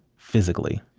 physically.